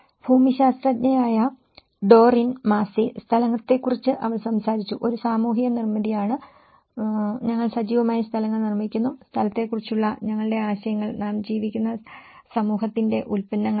ഭൂമിശാസ്ത്രജ്ഞയായ Doreen Massey സ്ഥലത്തെക്കുറിച്ച് അവൾ സംസാരിച്ചു ഒരു സാമൂഹിക നിർമ്മിതിയാണ് ഞങ്ങൾ സജീവമായി സ്ഥലങ്ങൾ നിർമ്മിക്കുന്നു സ്ഥലത്തെക്കുറിച്ചുള്ള ഞങ്ങളുടെ ആശയങ്ങൾ നാം ജീവിക്കുന്ന സമൂഹത്തിന്റെ ഉൽപ്പന്നങ്ങളാണ്